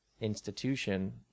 institution